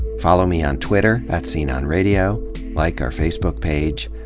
follow me on twitter, at sceneonradio. like our facebook page.